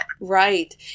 right